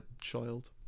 child